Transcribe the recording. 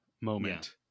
moment